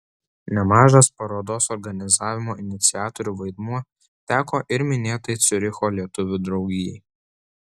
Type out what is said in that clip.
nemažas parodos organizavimo iniciatorių vaidmuo teko ir minėtai ciuricho lietuvių draugijai